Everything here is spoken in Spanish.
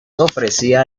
ofrecía